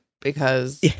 because-